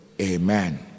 amen